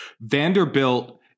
Vanderbilt